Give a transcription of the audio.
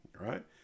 right